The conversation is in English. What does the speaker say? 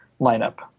lineup